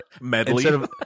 Medley